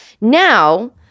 Now